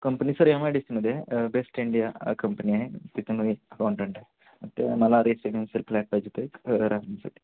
company sir M I D सीमध्ये best India company आहे तिथे मी अकाउंटंट आहे ते मला रेसिडेन्शियल फ्लॅट पाहिजे होता एक राहण्यासाठी